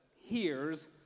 hears